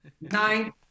nine